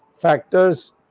factors